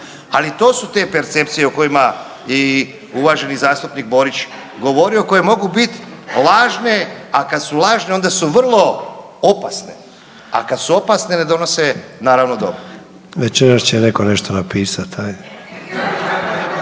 ali to su te percepcije o kojima je i uvaženi zastupnik Borić govorio koje mogu bit lažne, a kad su lažne onda su vrlo opasne, a kad su opasne ne donose naravno dobro. **Sanader, Ante